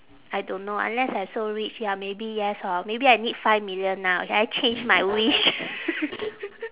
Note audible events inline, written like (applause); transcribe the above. I don't know unless I so rich ya maybe yes hor maybe I need five million now okay I change my wish (laughs)